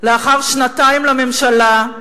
לאחר שנתיים לממשלה,